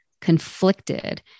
conflicted